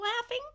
laughing